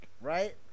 Right